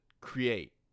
create